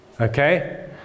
okay